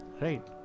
Right